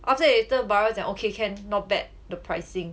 after that later bara 讲 okay can not bad the pricing